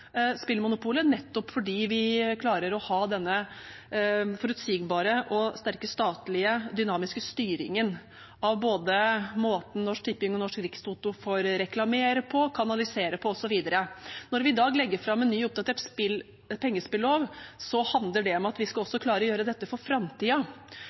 spillmonopolet, nettopp fordi vi klarer å ha denne forutsigbare og sterke statlige, dynamiske styringen av måten både Norsk Tipping og Norsk Rikstoto får reklamere på, kanalisere på osv. Når vi i dag legger fram en ny og oppdatert pengespillov, handler det om at vi også skal